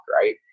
right